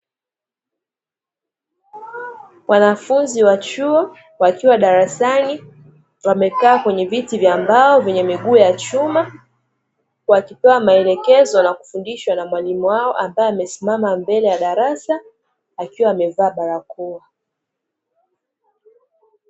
Wanafunzi wa chuo wakiwa darasani wamekaa kwenye viti vya mbao vyenye miguu ya chuma, wakipewa maelekezo na kufundishwa na mwalimu wao ambaye amesimama mbele ya darasa akiwa amevaa barakoa.